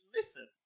listen